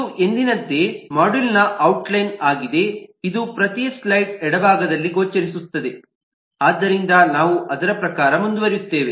ಇದು ಎಂದಿನಂತೆ ಮಾಡ್ಯೂಲ್ನ ಔಟ್ ಲೈನ್ ಆಗಿದೆ ಇದು ಪ್ರತಿ ಸ್ಲೈಡ್ನ ಎಡಭಾಗದಲ್ಲಿ ಗೋಚರಿಸುತ್ತದೆ ಆದ್ದರಿಂದ ನಾವು ಅದರ ಪ್ರಕಾರ ಮುಂದುವರಿಯುತ್ತೇವೆ